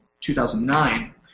2009